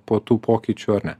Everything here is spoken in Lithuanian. po tų pokyčių ar ne